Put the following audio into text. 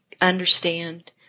understand